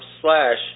slash